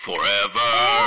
Forever